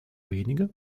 wenige